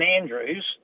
Andrews